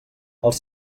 els